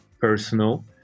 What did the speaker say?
personal